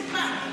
התשפ"ד 2023,